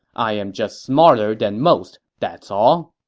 i'm just smarter than most, that's all.